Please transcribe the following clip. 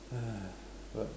but